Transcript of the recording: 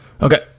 Okay